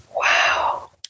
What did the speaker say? wow